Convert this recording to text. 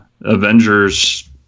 Avengers